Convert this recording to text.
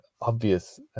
obvious